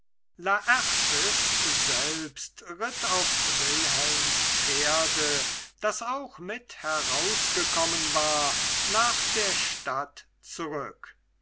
selbst ritt auf wilhelms pferde das auch mit herausgekommen war nach der stadt zurück